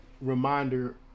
Reminder